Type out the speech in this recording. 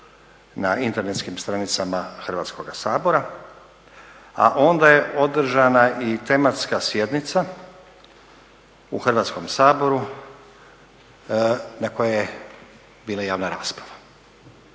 na internetskim stranicama Hrvatskoga sabora, a onda je održana i tematska sjednica u Hrvatskom saboru na kojoj je bila javna rasprava.